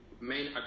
main